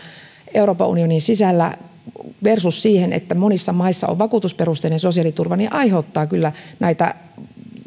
euroopan unionin sisällä versus se että monissa maissa on vakuutusperusteinen sosiaaliturva aiheuttaa kyllä näitä